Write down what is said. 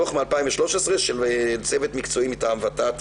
דוח מ-2013 של צוות מקצועי מטעם ות"ת,